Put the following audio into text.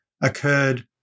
occurred